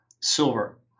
silver